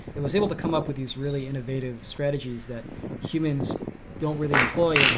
it was able to come up with these really innovative strategies that humans don't really employ, and